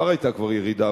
כבר היתה ירידה,